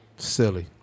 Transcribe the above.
Silly